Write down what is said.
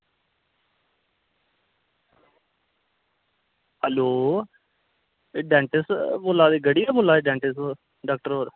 hello एह् dentist होर बोल्ला दे गढ़ी दा बोल्ला दे डेंटिस्ट होर डॉक्टर होर